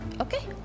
Okay